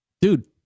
Dude